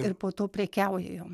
ir po to prekiauja jom